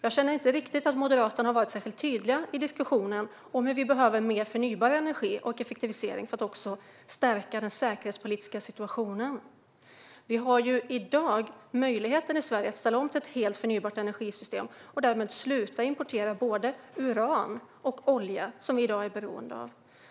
Jag känner inte riktigt att Moderaterna har varit särskilt tydliga i diskussionen om hur vi behöver mer förnybar energi och energieffektivisering för att stärka den säkerhetspolitiska situationen. Vi har ju i dag i Sverige möjlighet att ställa om till ett helt förnybart energisystem och sluta importera både uran och olja, som vi i dag är beroende av.